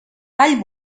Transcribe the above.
all